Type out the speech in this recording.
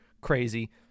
crazy